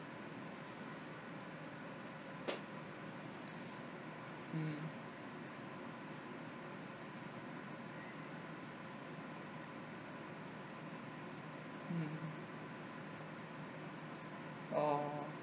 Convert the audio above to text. mm mm oh